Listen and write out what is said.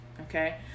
okay